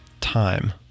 time